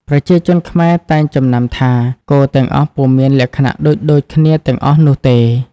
ប្រជាជនខ្មែរតែងចំណាំថា គោទាំងអស់ពុំមានលក្ខណៈដូចៗ គ្នាទាំងអស់នោះទេ។